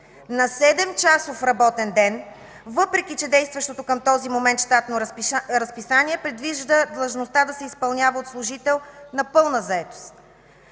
на 7-часов работен ден, въпреки че действащото към този момент щатно разписание предвижда длъжността да се изпълнява от служител на пълна заетост.